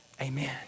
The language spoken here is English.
amen